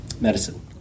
medicine